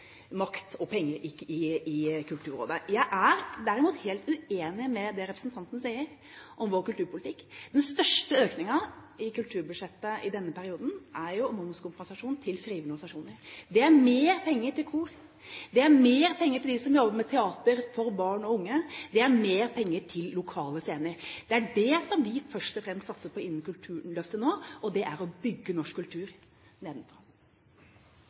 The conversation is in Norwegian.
makt og penger på. Jeg er helt uenig i det representanten sier om vår kulturpolitikk. Den største økningen i kulturbudsjettet i denne perioden er jo momskompensasjon til frivillige organisasjoner. Det er mer penger til kor. Det er mer penger til dem som jobber med teater for barn og unge. Det er mer penger til lokale scener. Det er det vi først og fremst satser på innen Kulturløftet nå. Det er å bygge norsk kultur nedenfra.